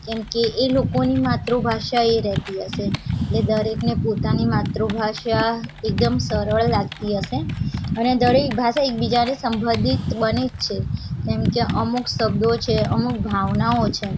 કેમકે એ લોકોની માતૃભાષા એ રહેતી હશે એટલે દરેકને પોતાની માતૃભાષા એકદમ સરળ લાગતી હશે અને દરેક ભાષા એકબીજાને સંદર્ભિત બને જ છે કેમકે અમુક શબ્દો છે અમુક ભાવનાઓ છે